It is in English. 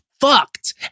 fucked